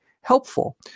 helpful